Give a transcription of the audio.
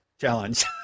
challenge